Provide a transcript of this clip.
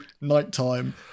nighttime